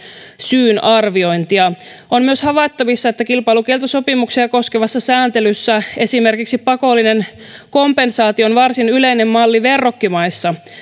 syyn arviointia on myös havaittavissa että kilpailukieltosopimuksia koskevassa sääntelyssä esimerkiksi pakollinen kompensaatio on varsin yleinen malli verrokkimaissa